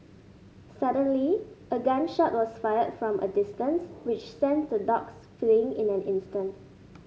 suddenly a gun shot was fired from a distance which sent the dogs fleeing in an instant